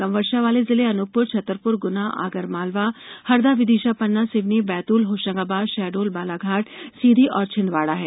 कम वर्षा वाले जिले अनूपपुर छतरपुर गुना आगर मालवा हरदा विदिशा पन्ना सिवनी बैतूल होशंगाबाद शहडोल बालाघाट सीधी और छिंदवाड़ा हैं